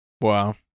Wow